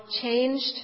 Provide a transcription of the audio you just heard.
changed